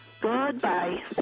Goodbye